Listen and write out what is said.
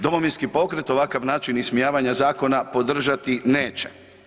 Domovinski pokret ovakav način ismijavanja zakona podržati neće.